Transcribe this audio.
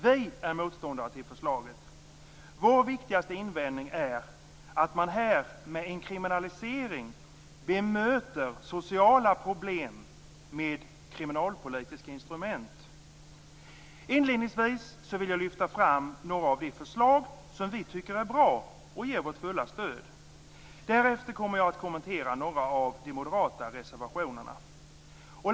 Vi är motståndare till förslaget. Vår viktigaste invändning är att man med en kriminalisering bemöter sociala problem med kriminalpolitiska instrument. Inledningsvis vill jag lyfta fram några av de förslag som vi tycker är bra och ger vårt fulla stöd. Därefter kommer jag att kommentera några av de moderata reservationerna.